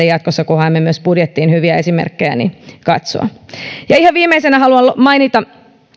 jatkossa kun haemme myös budjettiin hyviä esimerkkejä ja ihan viimeisenä haluan mainita